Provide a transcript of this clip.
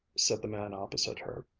said the man opposite her,